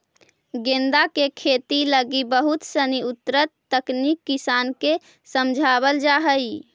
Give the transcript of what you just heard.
गेंदा के खेती लगी बहुत सनी उन्नत तकनीक किसान के समझावल जा हइ